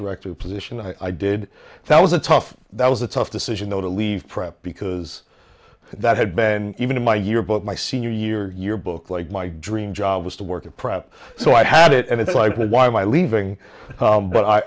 director position and i did that was a tough that was a tough decision though to leave prep because that had been even in my yearbook my senior year year book like my dream job was to work at prep so i've had it and it's like why am i leaving